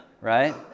Right